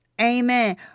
Amen